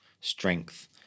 strength